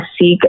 seek